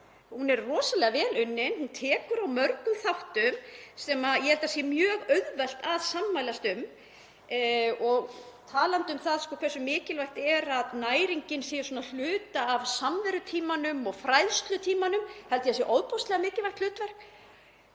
Hún er rosalega vel unnin, hún tekur á mörgum þáttum sem ég held að sé mjög auðvelt að sammælast um. Og talandi um það hversu mikilvægt er að næringin sé hluti af samverutímanum og fræðslutímanum; ég held að það sé ofboðslega mikilvægt. Ég tók